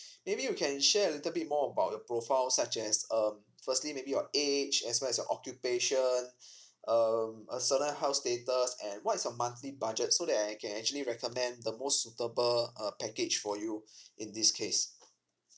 maybe you can share a little bit more about your profile such as um firstly maybe your age as well as your occupation um a certain health status and what is your monthly budget so that I can actually recommend the most suitable uh package for you in this case